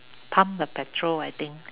pump the petrol I think